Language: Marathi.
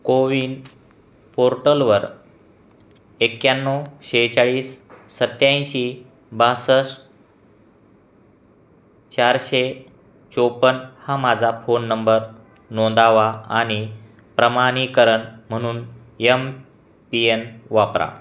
कोविन पोर्टलवर एक्याण्णव सेहेचाळीस सत्त्याऐंशी बासष्ट चारशे चौपन्न हा माझा फोन नंबर नोंदवा आणि प्रमाणीकरण म्हणून एम पिएन वापरा